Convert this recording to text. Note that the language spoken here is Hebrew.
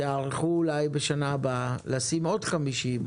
תיערכו אולי בשנה הבאה לשים עוד 50 מיליון,